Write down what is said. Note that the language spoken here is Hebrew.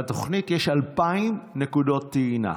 בתוכנית יש 2,000 נקודות טעינה.